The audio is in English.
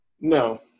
No